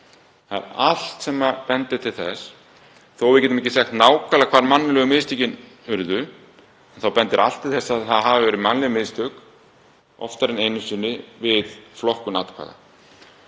Það er allt sem bendir til þess. Þó að við getum ekki sagt nákvæmlega hvar mannlegu mistökin urðu þá bendir allt til þess að það hafi orðið mannleg mistök oftar en einu sinni við flokkun atkvæða.